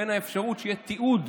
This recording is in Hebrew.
לבין האפשרות שיהיה תיעוד,